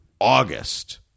August –